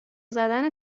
زدن